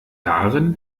darin